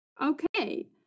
Okay